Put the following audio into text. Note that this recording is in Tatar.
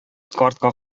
картка